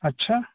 अच्छा